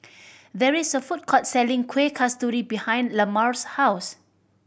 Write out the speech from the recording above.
there is a food court selling Kueh Kasturi behind Lamar's house